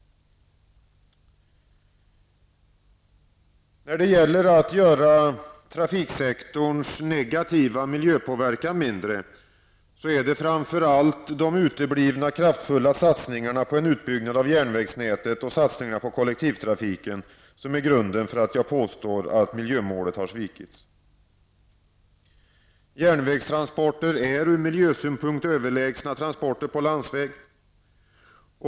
När det gäller att göra trafiksektorns negativa miljöpåverkan mindre är det framför allt de uteblivna kraftfulla satsningarna på en utbyggnad av järnvägsnätet och kollektivtrafiken som är grunden till att jag påstår att miljömålet har svikits. Järnvägstransporter är ur miljösynpunkt överlägsna transporter på landsväg.